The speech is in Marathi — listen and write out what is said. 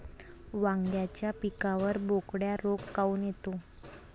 वांग्याच्या पिकावर बोकड्या रोग काऊन येतो?